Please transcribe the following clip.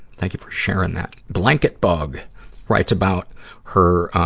thank you for sharing that. blanket bug writes about her, ah,